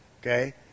okay